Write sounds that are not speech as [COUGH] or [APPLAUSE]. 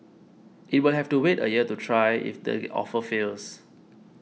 it will have to wait a year to try if the [NOISE] offer fails